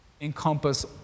encompass